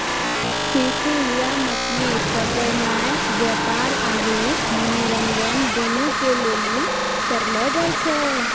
fishing या मछली पकड़नाय व्यापार आरु मनोरंजन दुनू के लेली करलो जाय छै